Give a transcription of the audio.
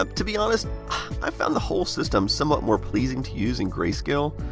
um to be honest i found the whole system somewhat more pleasing to use in grayscale.